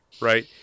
right